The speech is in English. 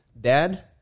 Dad